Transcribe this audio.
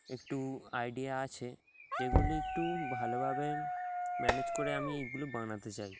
একটু আইডিয়া আছে যেগুলি একটু ভালোভাবে ম্যানেজ করে আমি এইগুলো বানাতে চাই